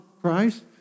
Christ